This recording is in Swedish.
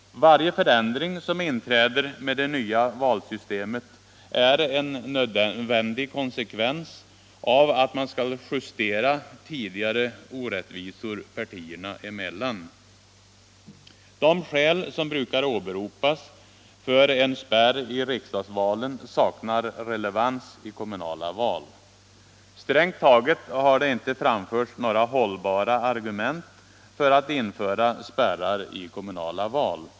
Varje förändring som inträder med det nya valsystemet är en nödvändig konsekvens av att man skall justera tidigare orättvisor partierna emellan. De skäl som brukar åberopas för en spärr i riksdagsvalen saknar relevans i kommunala val. Strängt taget har det inte framförts några hållbara argument för att införa spärrar i kommunala val.